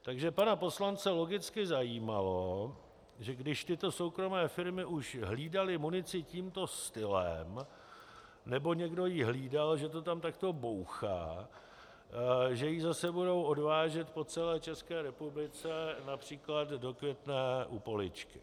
Takže pana poslance logicky zajímalo, když tyto soukromé firmy už hlídaly munici tímto stylem, nebo ji někdo hlídal, že to tam takto bouchá, že ji zase budou odvážet po celé České republice například do Květné u Poličky.